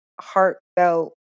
heartfelt